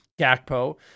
Gakpo